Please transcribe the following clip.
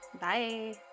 Bye